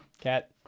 cat